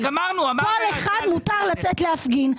לכל אחד מותר לצאת להפגין.